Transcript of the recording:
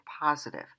positive